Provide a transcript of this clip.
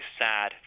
sad